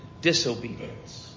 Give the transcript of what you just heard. disobedience